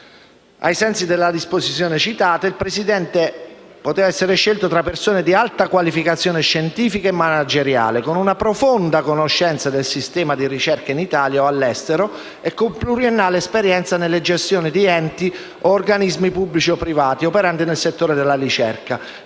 ai sensi della disposizione citata, il presidente si sarebbe potuto scegliere tra persone di alta qualificazione scientifica e manageriale, con una profonda conoscenza del sistema della ricerca in Italia e all'estero e con pluriennale esperienza nella gestione di enti o organismi pubblici o privati operanti nel settore della ricerca,